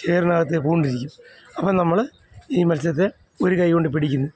ചേറിനകത്ത് പൂണ്ടിരിക്കും അപ്പോൾ നമ്മള് ഈ മത്സ്യത്തെ ഒരു കൈകൊണ്ട് പിടിക്കുന്നു